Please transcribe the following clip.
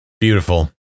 Beautiful